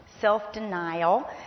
self-denial